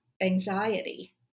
anxiety